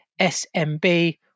SMB